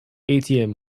atm